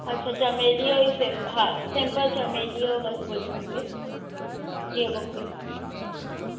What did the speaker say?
अछा चमेली जो ई सिर्फ़ु हा सिम्पल चमेली जो बसि गुलु खपे जीअं बुके हा